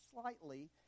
slightly